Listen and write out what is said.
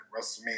WrestleMania